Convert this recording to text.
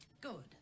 good